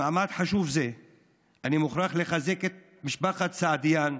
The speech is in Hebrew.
במעמד חשוב זה אני מוכרח לחזק את משפחת סעידיאן,